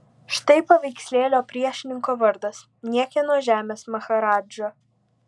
štai paveikslėlio priešininko vardas niekieno žemės maharadža